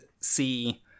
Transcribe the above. see